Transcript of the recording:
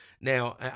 Now